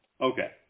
Okay